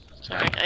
Sorry